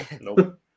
Nope